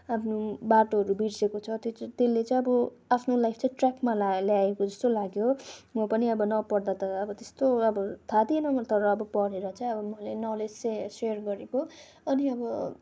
आफ्नो बाटोहरू बिर्सिएको छ त्यो चाहिँ त्यसले चाहिँ अब आफ्नो लाइफ चाहिँ ट्र्याकमा ल्याए ल्याएको जस्तो म पनि अब नपढ्दा त अब त्यस्तो अब थाहा थिएन मलाई तर अब पढेर त चाहिँ अब मैले नलेज चाहिँ सेयर सेयर गरेको अनि अब